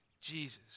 Jesus